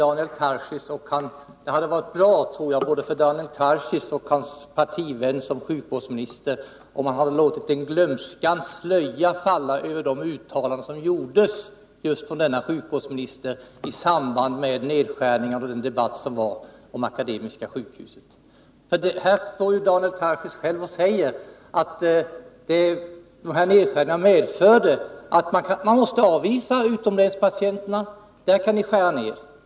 Det hade varit bra för både Daniel Tarschys och hans partivän sjukvårdsministern, om han hade låtit en glömskans slöja falla över de uttalanden som sjukvårdsministern gjorde i debatten om nedskärningarna vid Akademiska sjukhuset. Här står ju Daniel Tarschys själv och säger att nedskärningarna medförde att sjukhuset måste avvisa utomlänspatienterna; där kan man skära ner.